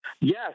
Yes